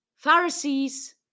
Pharisees